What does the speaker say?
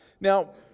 Now